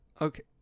Okay